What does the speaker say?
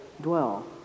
dwell